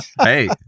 Hey